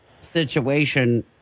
situation